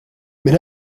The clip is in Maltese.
minn